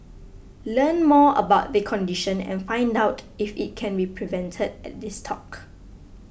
learn more about the condition and find out if it can be prevented at this talk